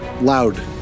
loud